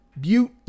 Butte